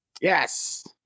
Yes